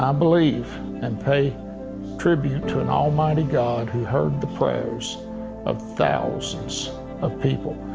um believe and pay tribute to an almighty god who heard the prayers of thousands of people.